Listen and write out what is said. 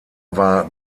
war